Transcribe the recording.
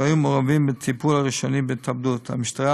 שהיו מעורבים בטיפול הראשוני בהתאבדות: המשטרה,